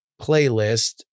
playlist